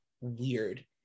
weird